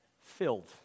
filled